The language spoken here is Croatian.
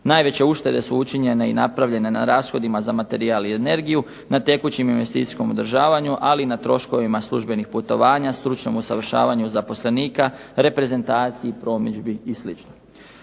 Najveće uštede su učinjene i napravljena na rashodima za materijal i energiju, na tekućem investicijskom održavanju ali i na troškovima službenih putovanja, stručnom usavršavanju zaposlenika, reprezentaciji, promidžbi i